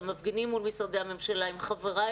מפגינים מול משרדי הממשלה עם חבריי